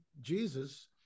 Jesus